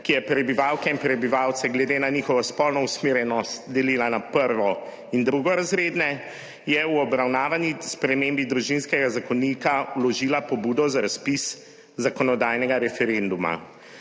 ki je prebivalke in prebivalce glede na njihovo spolno usmerjenost delila na prvo in drugorazredne, je v obravnavani spremembi Družinskega zakonika vložila pobudo za razpis zakonodajnega referenduma,